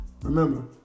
Remember